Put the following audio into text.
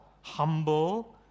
humble